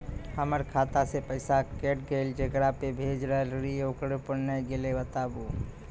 हमर खाता से पैसा कैट गेल जेकरा पे भेज रहल रहियै ओकरा पे नैय गेलै बताबू?